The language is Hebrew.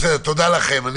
תודה לכם,